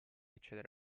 accedere